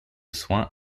soins